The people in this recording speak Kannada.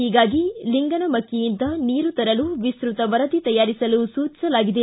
ಹೀಗಾಗಿ ಲಿಂಗನಮಕ್ಕೆ ಯಿಂದ ನೀರು ತರಲು ವಿಸ್ತೃತ ವರದಿ ತಯಾರಿಸಲು ಸೂಚಿಸಲಾಗಿದೆ